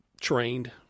trained